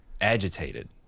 agitated